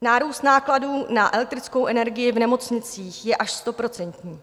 Nárůst nákladů na elektrickou energii v nemocnicích je až stoprocentní.